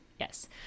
Yes